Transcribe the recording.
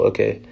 Okay